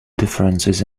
differences